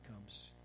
comes